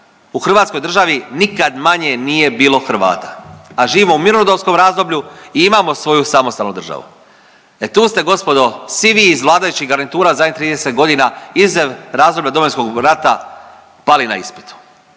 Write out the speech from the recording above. u hrvatskoj državi nikad manje nije bilo Hrvata, a živimo u mirnodopskom razdoblju i imamo svoju samostalnu državu. E tu ste gospodo svi vi iz vladajućih garnitura zadnjih 30 godina izuzev razdoblja Domovinskog rata pali na ispitu